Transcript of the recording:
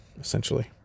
essentially